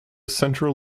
central